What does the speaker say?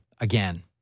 again